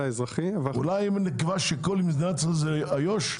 אולי אם נקבע שכל מדינת ישראל זה איו"ש,